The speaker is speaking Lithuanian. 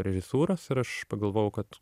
režisūros ir aš pagalvojau kad